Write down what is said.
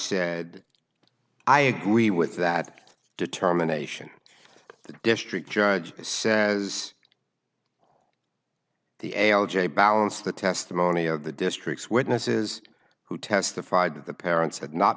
said i agree with that determination the district judge says the algae balance the testimony of the district's witnesses who testified that the parents had not